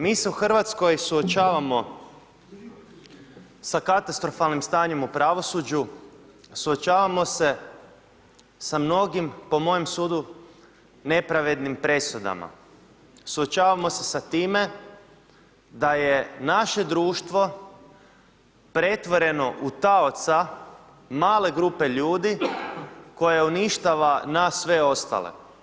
Mi se u Hrvatskoj suočavamo sa katastrofalnim stanjem u pravosuđu, suočavamo se sa mnogim po mojem sudu nepravednim presudama, suočavamo se sa time da je naše društvo pretvoreno u taoca male grupe ljudi koja uništava nas sve ostale.